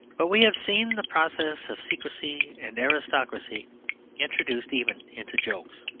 but we have seen the process of secrecy and aristocracy introduced even into jokes.